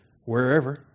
wherever